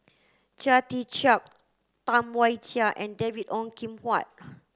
Chia Tee Chiak Tam Wai Jia and David Ong Kim Huat